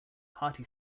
hearty